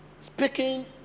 speaking